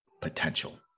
potential